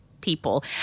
people